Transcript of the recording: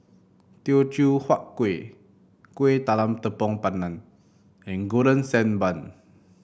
Teochew Huat Kueh Kuih Talam Tepong Pandan and Golden Sand Bun